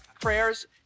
prayers